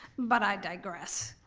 but i digress,